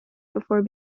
before